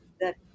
that-